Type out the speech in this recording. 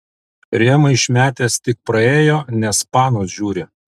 rėmą išmetęs tik praėjo nes panos žiūri